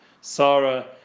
Sarah